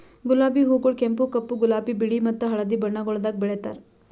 ಗುಲಾಬಿ ಹೂಗೊಳ್ ಕೆಂಪು, ಕಪ್ಪು, ಗುಲಾಬಿ, ಬಿಳಿ ಮತ್ತ ಹಳದಿ ಬಣ್ಣಗೊಳ್ದಾಗ್ ಬೆಳೆತಾರ್